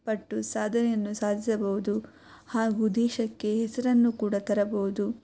ಪಟ್ಟು ಸಾಧನೆಯನ್ನು ಸಾಧಿಸಬಹುದು ಹಾಗೂ ದೇಶಕ್ಕೆ ಹೆಸರನ್ನು ಕೂಡ ತರಬಹುದು